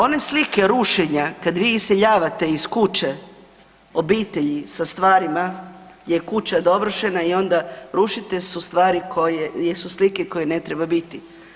One slike rušenja kad vi iseljavate iz kuće obitelji sa stvarima gdje je kuća dovršena i onda rušite su stvari, jesu slike koje ne treba biti.